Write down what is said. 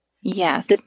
Yes